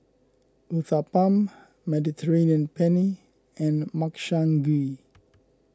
Uthapam Mediterranean Penne and Makchang Gui